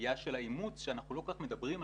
בסוגיה של האימוץ שאנחנו לא כל-כך מדברים עליה.